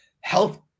health